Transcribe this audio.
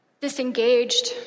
disengaged